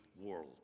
world